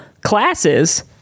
classes